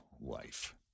life